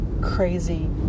crazy